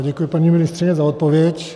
Děkuji, paní ministryně, za odpověď.